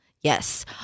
yes